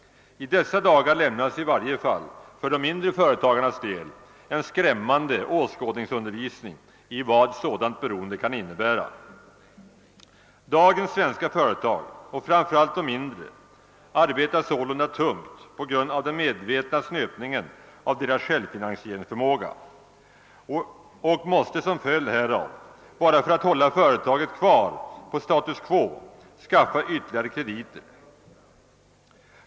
I dessa dagar lämnas i varje fall för de mindre företagarnas del en skrämmande åskådningsundervisning i vad ett sådant beroende kan innebära. Dagens svenska företag och framför allt de mindre arbetar sålunda tungt på grund av den medvetna snöpningen av deras självfinansieringsförmåga, och de måste som en följd härav för att hålla verksamheten kvar på status quo skaffa ytterligare krediter.